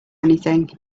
anything